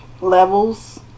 Levels